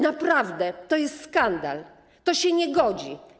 Naprawdę, to jest skandal, to się nie godzi.